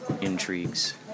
intrigues